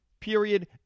Period